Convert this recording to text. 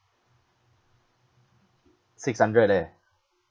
six hundred leh